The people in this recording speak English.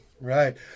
Right